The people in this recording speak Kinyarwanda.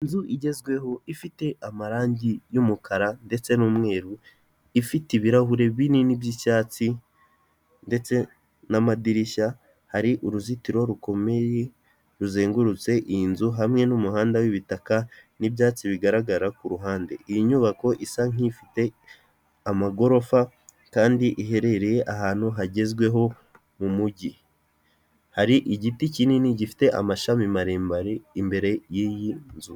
Inzu igezweho ifite amarangi y'umukara ndetse n'umweru, ifite ibirahure binini by'icyatsi ndetse n'amadirishya, hari uruzitiro rukomeye ruzengurutse iyi nzu hamwe n'umuhanda w'ibitaka n'ibyatsi bigaragara ku ruhande, iyi nyubako isa nk'ifite amagorofa kandi iherereye ahantu hagezweho mu mujyi, hari igiti kinini gifite amashami maremare imbere y'iyi nzu.